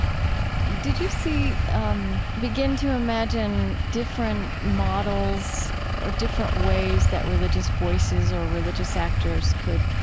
did you see um begin to imagine different models or different ways that religious voices or religious actors could,